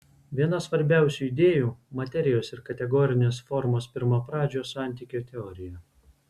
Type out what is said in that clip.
viena svarbiausių idėjų materijos ir kategorinės formos pirmapradžio santykio teorija